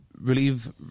relieve